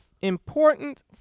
important